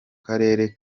karere